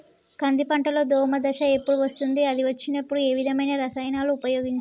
కంది పంటలో దోమ దశ ఎప్పుడు వస్తుంది అది వచ్చినప్పుడు ఏ విధమైన రసాయనాలు ఉపయోగించాలి?